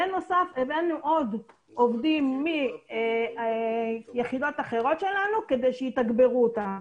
בנוסף הבאנו עוד עובדים מיחידות אחרות שלנו כדי שיתגברו אותם.